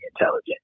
intelligent